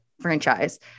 franchise